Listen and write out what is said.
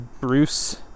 bruce